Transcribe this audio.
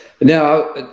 Now